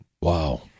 Wow